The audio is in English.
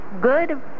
good